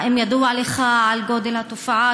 1. האם ידוע לך על גודל התופעה,